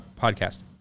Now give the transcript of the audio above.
podcast